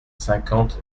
cinquante